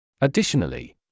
Additionally